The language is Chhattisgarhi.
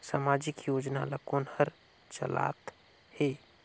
समाजिक योजना ला कोन हर चलाथ हे?